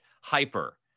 hyper